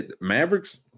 mavericks